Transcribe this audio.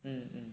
mm mm